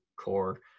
core